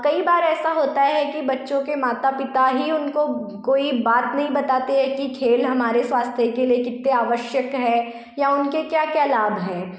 कई बार ऐसा होता है कि बच्चों के माता पिता ही उनको कोई बात नहीं बताते है कि खेल हमारे स्वास्थ के लिए कितने आवश्यक है या उनके क्या क्या लाभ हैं